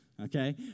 okay